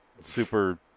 super